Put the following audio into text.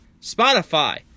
Spotify